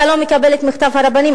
אתה לא מקבל את מכתב הרבנים,